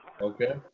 Okay